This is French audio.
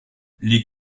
les